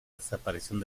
desaparición